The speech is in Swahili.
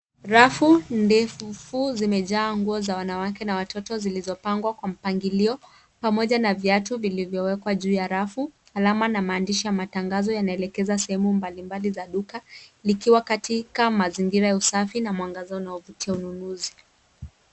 Rafu ndefu zimejaa nguo za wanawake na watoto zilizopangwa kwa mpangilio pamoja na viatu vilivyowekwa juu ya rafu alama na maandishi ya matangazo yanaelekeza sehemu mbalimbali za duka likiwa katika mazingira ya usafi na mwangaza unaovutia wanunuzi.